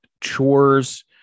chores